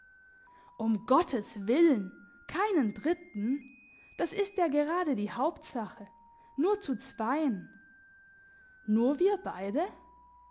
um gottes willen keinen dritten das ist ja gerade die hauptsache nur zu zweien nur wir beide